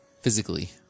Physically